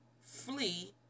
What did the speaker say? flee